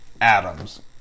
Adams